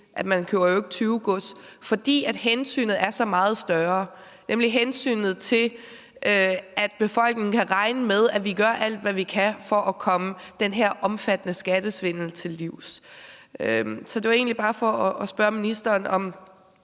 at man jo ikke køber tyvegods, fordi hensynet er så meget større, nemlig hensynet til, at befolkningen kan regne med, at vi gør alt, hvad vi kan, for at komme den her omfattende skattesvindel til livs. Men jeg ville egentlig bare stille ministeren et